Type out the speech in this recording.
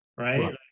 Right